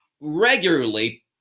regularly